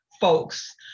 folks